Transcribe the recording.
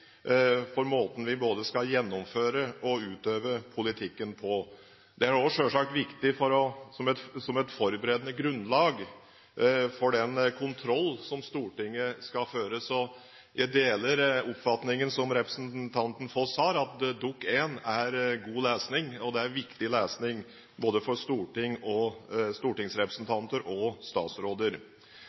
for måten vi både skal gjennomføre og utøve politikken på. Det er også selvsagt viktig som et forberedende grunnlag for den kontroll som Stortinget skal føre, så jeg deler oppfatningen som representanten Foss har, at Dokument 1 er god lesning, og det er viktig lesning både for stortingsrepresentanter og statsråder. Hovedpoenget, slik jeg ser det, er jo at vi i fellesskap gjennom Dokument 1 og